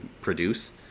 produce